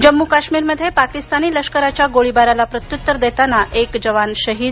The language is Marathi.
जम्मू काश्मीरमध्ये पाकिस्तानी लष्कराच्या गोळीबाराला प्रत्युत्तर देताना एक जवान शहीद